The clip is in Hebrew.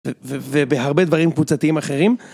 ובהרבה דברים קבוצתיים אחרים.